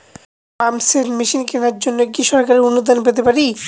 Pump set machine কেনার জন্য কি সরকারি অনুদান পেতে পারি?